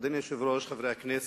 אדוני היושב-ראש, חברי הכנסת,